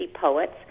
poets